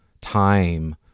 time